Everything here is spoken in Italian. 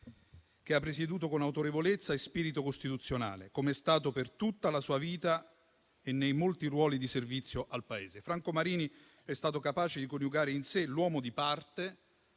quest'Aula con autorevolezza e spirito costituzionale, come è stato per tutta la sua vita e nei molti ruoli di servizio al Paese. Franco Marini è stato capace di coniugare in sé l'uomo di parte,